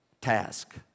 task